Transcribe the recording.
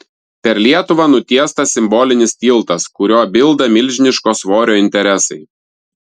per lietuvą nutiestas simbolinis tiltas kuriuo bilda milžiniško svorio interesai